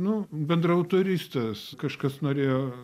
nu bendraautorystės kažkas norėjo